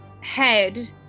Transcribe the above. head